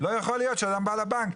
לא יכול להיות שאדם בא לבנק,